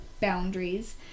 boundaries